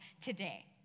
today